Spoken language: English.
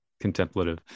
contemplative